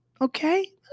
Okay